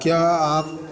क्या आप